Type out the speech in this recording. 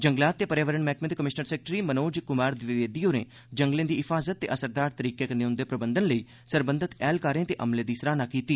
जंगलात ते पर्यावरण मैहकमे दे कमिशनर सैक्रेटरी मनोज द्विवेदी होरें जंगलें दी हिफाज़त ते असरदार तरीके कन्नै उंदे प्रबंधन लेई सरबंधत ऐह्लकारें ते अमले दी सराहना कीती